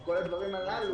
כל הדברים הללו,